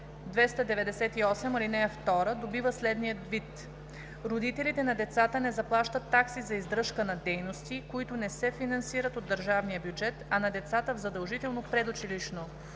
298, ал. 2 добива следния вид: „Родителите на децата не заплащат такси за издръжка на дейности, които не се финансират от държавния бюджет, а на децата в задължително предучилищно